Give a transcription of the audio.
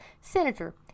Senator